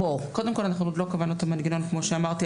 קודם כל אנחנו עוד לא קבענו את המנגנון כמו שאמרתי,